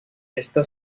esta